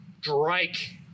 strike